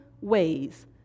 ways